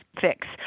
fix